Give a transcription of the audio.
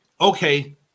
Okay